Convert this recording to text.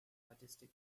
artistic